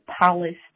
polished